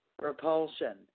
repulsion